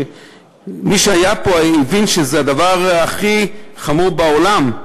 מי שהיה פה הבין שזה הדבר הכי חמור בעולם.